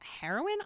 heroin